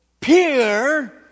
peer